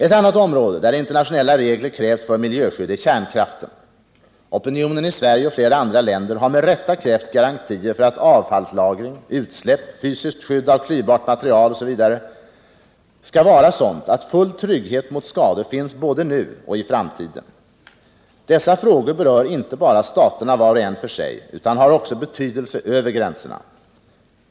Ett annat område där internationella regler krävs för miljöskydd är kärnkraften. Opinionen i Sverige och flera andra länder har med rätta krävt garantier för att avfallslagring, utsläpp, fysiskt skydd av klyvbart material m.m. skall vara sådant att full trygghet mot skador finns både nu och i framtiden. Dessa frågor berör inte bara staterna var och en för sig, utan har också betydelse över gränserna.